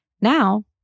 Now